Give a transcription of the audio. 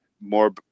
more